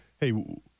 hey